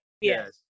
Yes